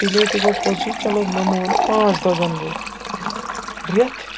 delay تہِ گوٚو پوٚزُے چلو مےٚ مون پانٛژھ دۄہ زَنہٕ گوٚو رٮ۪تھ